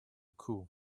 cool